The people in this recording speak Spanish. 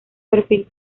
perfil